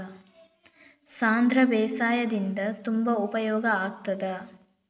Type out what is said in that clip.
ಸಾಂಧ್ರ ಬೇಸಾಯದಿಂದ ತುಂಬಾ ಉಪಯೋಗ ಆಗುತ್ತದಾ?